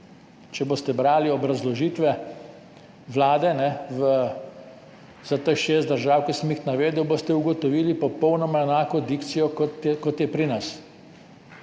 Če boste brali obrazložitve Vlade za teh šest držav, ki sem jih navedel, boste ugotovili popolnoma enako dikcijo, kot je pri nas.